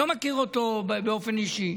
לא מכיר אותו באופן אישי.